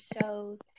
shows